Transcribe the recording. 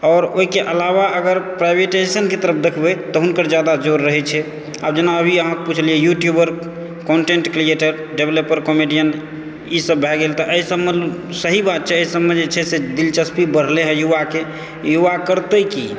और ओहिके अलावा अगर प्राइवेटाइजेशनके तरफ देखबै तऽ हुनकर जादा जोड़ रहै छै आब जेना अभी अहाँ पुछलियै YouTuber content creator developer comedian ई सब भए गेल तऽ एहि सबमे सही बात छै एहि सबमे जे छै से दिलचस्पी बढ़लै युवाके युवा करतै की